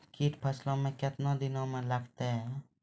कीट फसलों मे कितने दिनों मे लगते हैं?